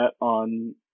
on